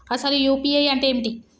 అసలు యూ.పీ.ఐ అంటే ఏమిటి?